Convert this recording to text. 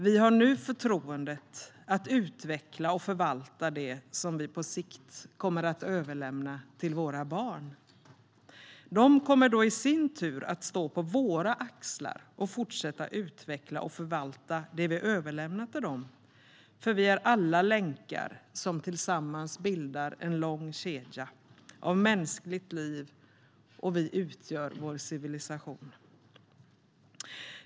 Vi åtnjuter nu förtroendet att utveckla och förvalta det som vi på sikt kommer att överlämna till våra barn. De kommer då i sin tur att stå på våra axlar och fortsätta att utveckla och förvalta det vi överlämnar till dem, för vi är alla länkar som tillsammans bildar en lång kedja av mänskligt liv. Vi utgör vår civilisation.